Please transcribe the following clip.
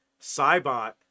Cybot